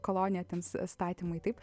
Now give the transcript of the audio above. kolonija ten statymui taip